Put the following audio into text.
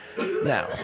Now